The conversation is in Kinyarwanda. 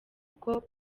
uko